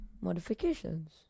modifications